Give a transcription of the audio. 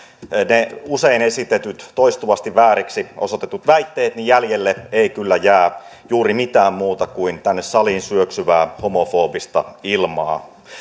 ne usein esitetyt ja toistuvasti vääriksi osoitetut väitteet niin jäljelle ei kyllä jää juuri mitään muuta kuin tänne saliin syöksyvää homofobista ilmaa